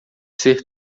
ser